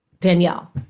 Danielle